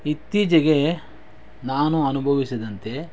ಇತ್ತೀಚಿಗೆ ನಾನು ಅನುಭವಿಸಿದಂತೆ